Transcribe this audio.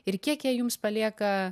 ir kiek jie jums palieka